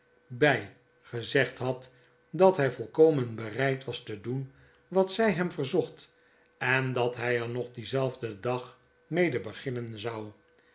bij gezegd had dat hy volkomen bereid was te doen wat zy hem verzocht en dat hij er nog dienzelfden dag mede beginnen zou